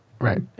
Right